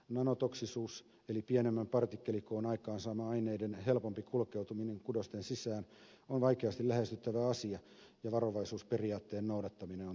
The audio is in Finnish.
nanotoksisuus eli pienemmän partikkelikoon aikaansaama aineiden helpompi kulkeutuminen kudosten sisään on vaikeasti lähestyttävä asia ja varovaisuusperiaatteen noudattaminen on tärkeää